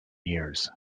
years